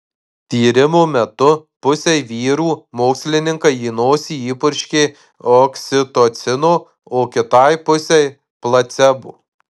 tyrimo metu pusei vyrų mokslininkai į nosį įpurškė oksitocino o kitai pusei placebo